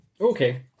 Okay